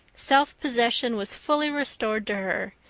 self-possession was fully restored to her,